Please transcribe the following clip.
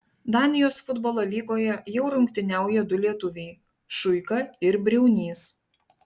danijos futbolo lygoje jau rungtyniauja du lietuviai šuika ir briaunys